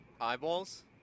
eyeballs